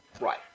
Right